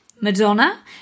Madonna